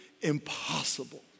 impossible